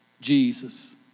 Jesus